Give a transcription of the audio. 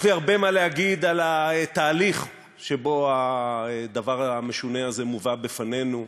יש לי הרבה מה להגיד על התהליך שבו הדבר המשונה הזה מובא בפנינו,